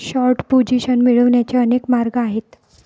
short position मिळवण्याचे अनेक मार्ग आहेत